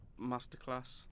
Masterclass